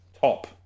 Top